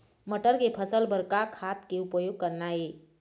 मटर के फसल बर का का खाद के उपयोग करना ये?